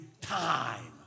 time